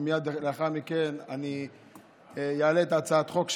ומייד לאחר מכן אני אעלה את הצעת החוק שלי.